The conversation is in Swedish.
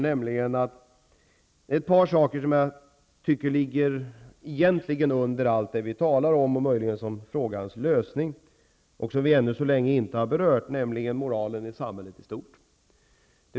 Det är ett par saker som jag tycker egentligen ligger under allt det vi talar om och möjligen också har att göra med frågans lösning och som vi ännu så länge inte har berört, nämligen moralen i samhället i stort.